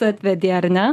atvedė ar ne